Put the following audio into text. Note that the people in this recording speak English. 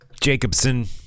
Jacobson